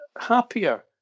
happier